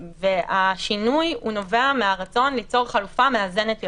והשינוי נובע מהרצון ליצור חלופה מאזנת יותר.